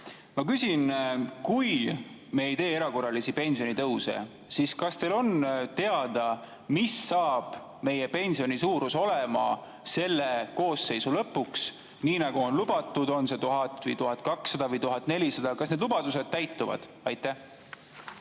Ma küsin: kui me ei tee erakorralisi pensionitõuse, siis kas teile on teada, milline saab meie pensioni suurus olema selle koosseisu lõpuks? On lubatud, et see on 1000 või 1200 või 1400 [eurot]. Kas need lubadused täituvad? Hea